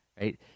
right